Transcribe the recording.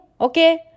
okay